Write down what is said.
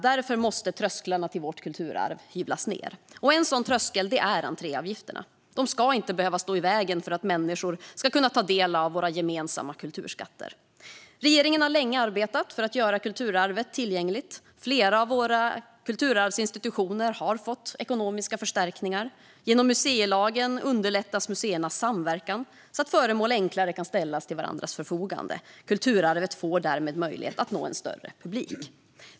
Därför måste trösklarna till vårt kulturarv hyvlas ned. En sådan tröskel är entréavgifterna. De ska inte behöva stå i vägen för att människor ska kunna ta del av våra gemensamma kulturskatter. Regeringen har länge arbetat för att göra kulturarvet tillgängligt. Flera av våra kulturarvsinstitutioner har fått ekonomiska förstärkningar. Genom museilagen underlättas museernas samverkan så att de enklare kan ställa föremål till varandras förfogande. Kulturarvet får därmed möjlighet att nå en större publik.